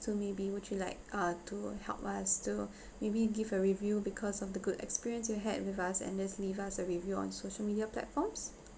so maybe would you like uh to help us to maybe give a review because of the good experience you had with us and just leave us a review on social media platforms